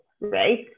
right